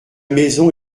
maison